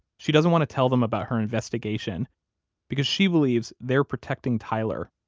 she doesn't want to tell them about her investigation because she believes they're protecting tyler.